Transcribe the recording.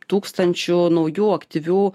tūkstančių naujų aktyvių